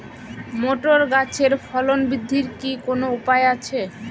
Motor গাছের ফলন বৃদ্ধির কি কোনো উপায় আছে?